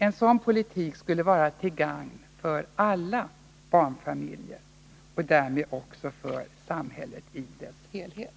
En sådan politik skulle vara till gagn för alla barnfamiljer och därmed också för samhället i dess helhet.